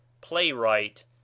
Playwright